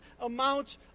amount